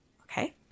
Okay